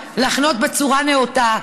לחנות בצורה נאותה,